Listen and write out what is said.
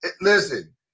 Listen